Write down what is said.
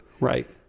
Right